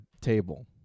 table